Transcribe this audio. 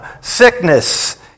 sickness